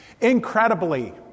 Incredibly